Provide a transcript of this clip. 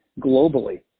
globally